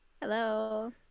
Hello